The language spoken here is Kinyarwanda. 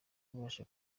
abasha